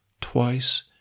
twice